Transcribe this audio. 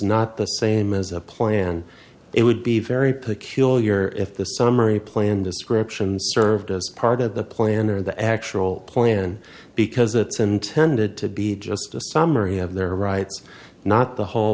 not the same as a plan it would be very peculiar if the summary plan description served as part of the plan or the actual plan because it's intended to be just a summary of their rights not the whole